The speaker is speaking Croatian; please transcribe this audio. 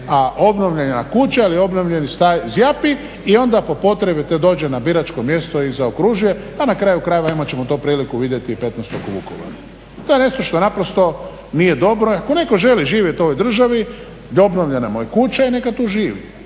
a obnovljena kuća ili obnovljeni stan zjapi i onda po potrebi dođe na biračko mjesto i zaokružuje. Pa na kraju krajeva imat ćemo to priliku vidjeti 15-og u Vukovaru. To je nešto što naprosto nije dobro. Ako netko želi živjeti u ovoj državi i obnovljena mu je kuća i neka tu živi.